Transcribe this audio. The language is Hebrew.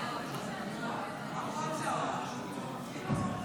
הוא צריך לעצור את המליאה --- גלעד,